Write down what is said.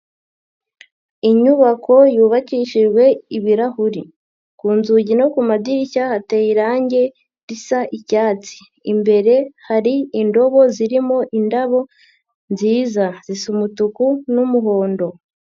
Inyubako yubakishijwe ibirahuri, ku nzugi no ku madirishya hateye irange risa icyatsi. Imbere hari indobo zirimo indabo nziza zisa umutuku n'umuhondo.